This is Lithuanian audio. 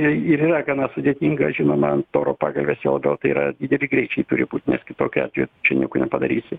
ir yra gana sudėtinga žinoma ant oro pagalvės juo labiau tai yra dideli greičiai turi būti nes kitokiu atveju čia nieko nepadarysi